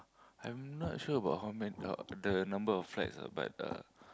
I'm not sure about how man~ the number of flights ah but uh